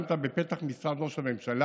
הצטלמת בפתח משרד ראש הממשלה